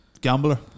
Gambler